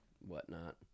whatnot